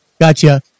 Gotcha